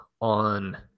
on